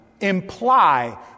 imply